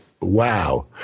wow